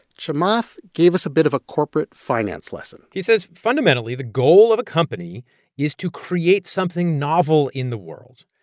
chamath gave us a bit of a corporate finance lesson he says, fundamentally, the goal of a company is to create something novel in the world,